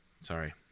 Sorry